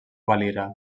valira